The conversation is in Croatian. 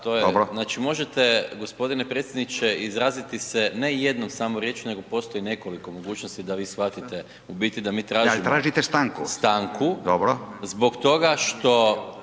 Znači možete gospodine predsjedniče izraziti se ne jednom samo riječju nego postoji nekoliko mogućnosti da vi shvatite u biti da mi tražimo … …/Upadica Radin: Da, tražite